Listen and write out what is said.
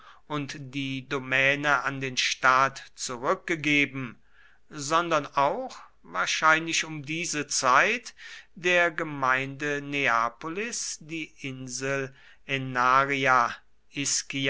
und die domäne an den staat zurückgegeben sondern auch wahrscheinlich um diese zeit der gemeinde neapolis die insel